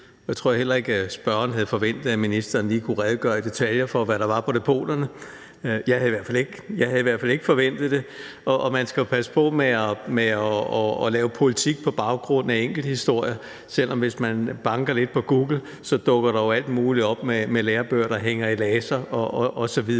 Jeg tror heller ikke, at spørgeren havde forventet, at ministeren lige kunne redegøre i detaljer for, hvad der var på depoterne; jeg havde i hvert fald ikke forventet det. Og man skal jo passe på med at lave politik på baggrund af enkelthistorier, selv om der, hvis man banker lidt på Google, jo dukker alt muligt op om lærebøger, der hænger i laser osv.